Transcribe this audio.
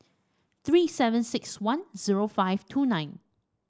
three seven six one zero five two nine